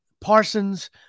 Parsons